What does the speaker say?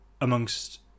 amongst